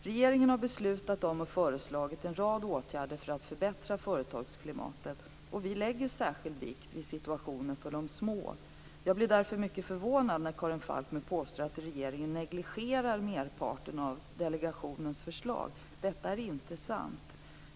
Regeringen har beslutat om och föreslagit en rad åtgärder för att förbättra företagsklimatet, och vi lägger särskild vikt vid situationen för småföretagarna. Jag blir därför mycket förvånad när Karin Falkmer påstår att regeringen negligerar merparten av delegationens förslag. Detta är inte sant.